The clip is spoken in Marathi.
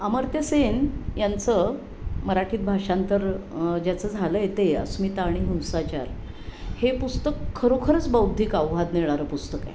अमर्त्य सेन यांचं मराठीत भाषांतर ज्याचं झालं आहे ते अस्मिता आणि हिंसाचार हे पुस्तक खरोखरंच बौद्धिक आव्हान देणारं पुस्तक आहे